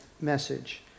message